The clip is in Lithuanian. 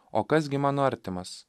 o kas gi mano artimas